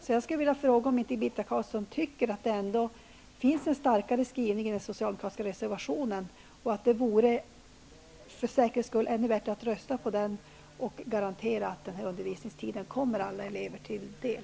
Sedan vill jag fråga om inte Birgitta Carlsson tycker att det ändå finns en starkare skrivning i den socialdemokratiska reservationen, och att det för säkerhets skull vore ännu bättre att rösta på den -- och garantera att den här undervisningstiden kommer alla elever till del.